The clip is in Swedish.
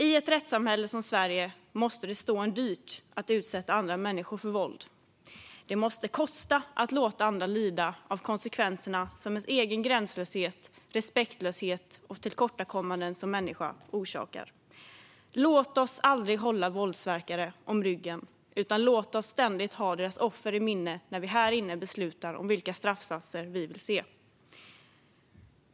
I ett rättssamhälle som Sverige måste det stå en dyrt att utsätta andra människor för våld. Det måste kosta att låta andra lida av de konsekvenser som ens gränslöshet, respektlöshet och tillkortakommanden orsakar. Låt oss aldrig hålla våldsverkare om ryggen, utan låt oss ständigt ha deras offer i minne när vi här inne beslutar om vilka straffsatser vi vill se.